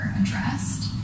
addressed